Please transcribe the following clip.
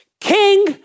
King